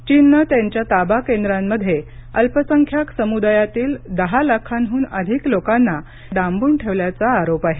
चीननं त्यांच्या ताबा केंद्रांमध्ये अल्पसंख्याक समुदायातील दहा लाखांहून अधिक लोकांना डांबून ठेवल्याचा आरोप आहे